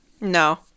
No